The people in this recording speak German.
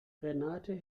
renate